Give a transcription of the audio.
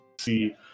see